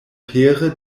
pere